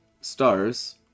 stars